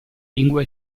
lingua